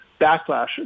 backlash